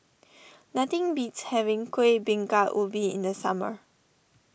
nothing beats having Kueh Bingka Ubi in the summer